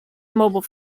mobile